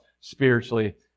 spiritually